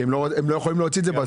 כי הם לא יכולים להוציא את זה.